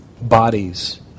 Bodies